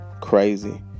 crazy